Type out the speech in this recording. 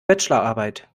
bachelorarbeit